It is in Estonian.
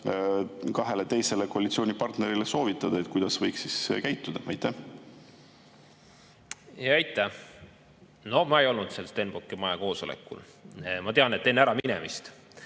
kahele teisele koalitsioonipartnerile soovitada, kuidas võiks käituda? Aitäh! No ma ei olnud seal Stenbocki maja koosolekul. Ma tean, et enne äraminemist,